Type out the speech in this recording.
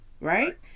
right